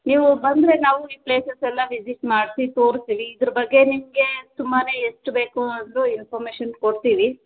ನೀವು ಬಂದರೆ ನಾವು ಈ ಪ್ಲೇಸಸ್ ಎಲ್ಲ ವಿಸಿಟ್ ಮಾಡಿಸಿ ತೋರಿಸ್ತೀವಿ ಇದ್ರ ಬಗ್ಗೆ ನಿಮಗೆ ತುಂಬಾ ಎಷ್ಟ್ ಬೇಕು ಅದು ಇನ್ಫಮೇಷನ್ ಕೊಡ್ತೀವಿ